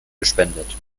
gespendet